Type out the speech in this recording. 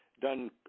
done